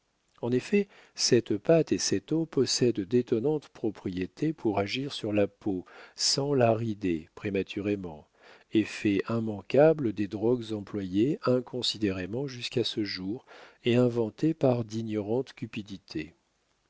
en effet cette pâte et cette eau possèdent d'étonnantes propriétés pour agir sur la peau sans la rider prématurément effet immanquable des drogues employées inconsidérément jusqu'à ce jour et inventées par d'ignorantes cupidités